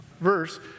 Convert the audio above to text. verse